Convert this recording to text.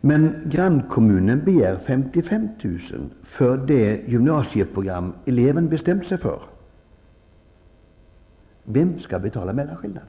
men grannkommunen begär 55 000 kr. för det gymnasieprogram eleven bestämt sig för? Vem skall betala mellanskillnaden?